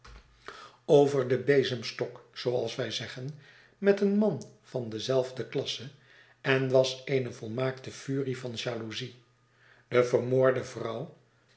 over den bezemstok zooals wij zeggen met een man van dezelfde klasse enwas eene volmaakte furie van jaloezie de vermoorde vrouw